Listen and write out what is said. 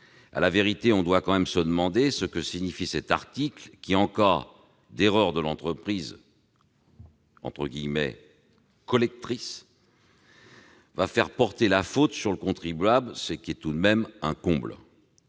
À la vérité, on doit quand même se demander ce que signifie cet article qui, en cas d'erreur de l'entreprise « collectrice », va faire porter la faute sur le contribuable, ce qui est tout de même un comble.